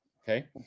Okay